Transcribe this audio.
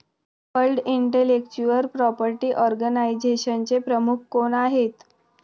World intellectual property ऑर्गनायझेशनचे प्रमुख कोण आहेत?